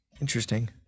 Interesting